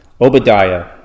Obadiah